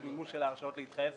זה מימוש של הרשאות להתחייב.